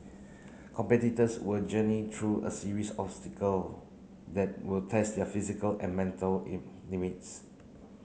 competitors will journey through a series obstacle that will test their physical and mental in limits